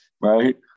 right